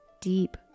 deep